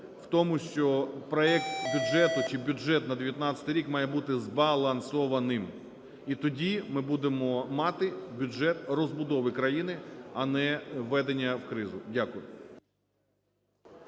в тому, що проект бюджету, чи бюджет на 19-й рік, має були збалансованим. І тоді ми будемо мати бюджет розбудови країни, а не введення в кризу. Дякую.